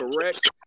correct